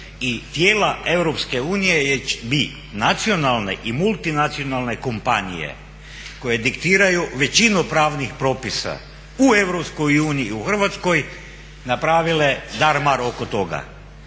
unije, bi nacionalne i multinacionalne kompanije koje diktiraju većinu pravnih propisa u Europskoj uniji i u Hrvatskoj napravile dar mar nakon toga.